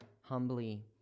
humbly